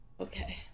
okay